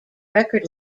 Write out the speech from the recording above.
record